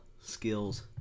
Skills